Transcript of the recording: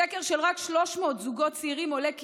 בסקר של רק 300 זוגות צעירים עולה כי